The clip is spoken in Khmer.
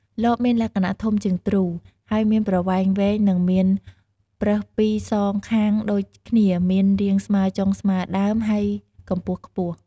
លបមានលក្ខណៈធំជាងទ្រូ ហើយមានប្រវែងវែងនិងមានប្រឹសពីរសងខាងដូចគ្នាមានរាងស្មើចុងស្មើដើមហើយកម្ពស់ខ្ពស់។